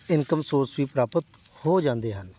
income source ਵੀ ਪ੍ਰਾਪਤ ਹੋ ਜਾਂਦੇ ਹਨ